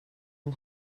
yng